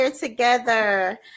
together